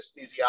anesthesiology